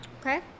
Okay